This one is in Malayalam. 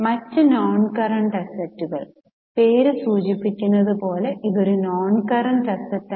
മറ്റ് നോൺകറന്റ് അസറ്റുകൾ പേര് സൂചിപ്പിക്കുന്നത് പോലെ ഇത് ഒരു നോൺകറന്റ് അസറ്റാണ്